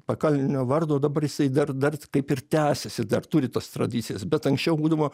pakalnio vardo dabar jisai dar dar kaip ir tęsiasi dar turi tas tradicijas bet anksčiau būdavo